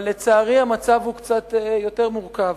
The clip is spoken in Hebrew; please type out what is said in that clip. אבל, לצערי, המצב הוא קצת יותר מורכב.